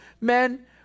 Men